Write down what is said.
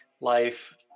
life